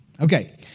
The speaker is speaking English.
Okay